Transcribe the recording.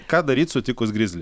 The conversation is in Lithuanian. ką daryt sutikus grizlį